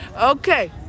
Okay